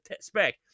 spec